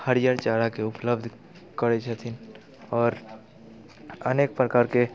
हरियर चाराके उपलब्ध करै छथिन आओर अनेक प्रकारके